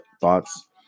thoughts